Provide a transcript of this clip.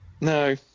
No